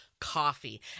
coffee